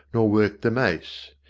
nor worked the mace.